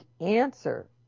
answer